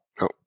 No